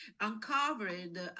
uncovered